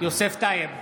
יוסף טייב,